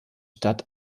stadt